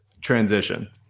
transition